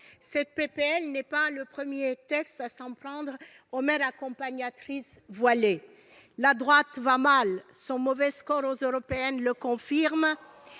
de loi n'est pas le premier texte à s'en prendre aux mères accompagnatrices voilées. La droite va mal, son mauvais score aux élections européennes le confirme.